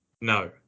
no